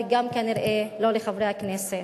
וגם כנראה לא לחברי הכנסת.